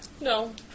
No